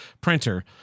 printer